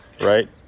right